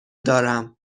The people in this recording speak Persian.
دارم